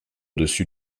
dessus